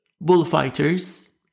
bullfighters